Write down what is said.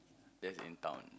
that's in town